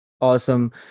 Awesome